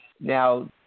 now